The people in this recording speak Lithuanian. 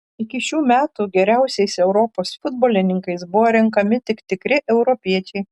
iki šių metų geriausiais europos futbolininkais buvo renkami tik tikri europiečiai